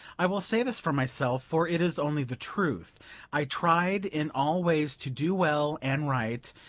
i will say this for myself, for it is only the truth i tried in all ways to do well and right,